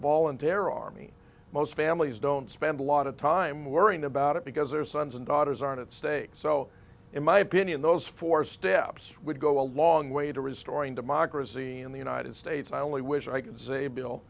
there are me most families don't spend a lot of time worrying about it because their sons and daughters are at stake so in my opinion those four steps would go a long way to restoring democracy in the united states i only wish i could say bill